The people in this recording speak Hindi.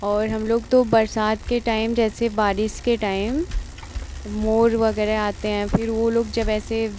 और हमलोग तो बरसात के टाइम जैसे बारिश के टाइम मोर वग़ैरह आते हैं फिर वह लोग जब ऐसे